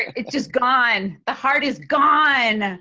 it's just gone. the heart is gone!